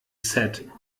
said